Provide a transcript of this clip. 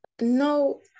No